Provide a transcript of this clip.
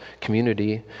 community